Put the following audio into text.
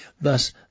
Thus